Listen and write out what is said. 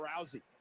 Rousey